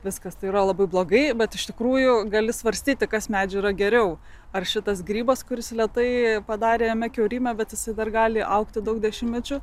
viskas tai yra labai blogai bet iš tikrųjų gali svarstyti kas medžių yra geriau ar šitas grybas kuris lėtai padarė kiaurymę bet jisai dar gali augti daug dešimtmečių